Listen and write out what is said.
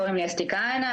קוראים לי אסתי כהנא,